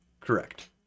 Correct